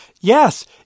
yes